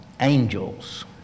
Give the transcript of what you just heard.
angels